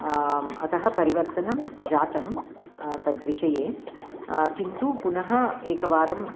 अतः परिवर्तनं जातं तद्विषये किन्तु पुनः एकवारं